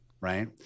Right